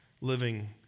living